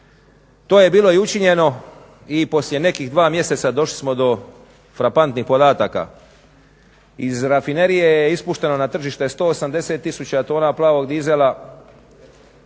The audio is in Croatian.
To je bilo i učinjeno i poslije nekih dva mjeseca došli smo do frapantnih podataka. Iz rafinerije je ispušteno na tržište 180 tisuća tona plavog dizela,